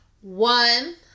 One